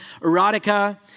erotica